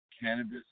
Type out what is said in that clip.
Cannabis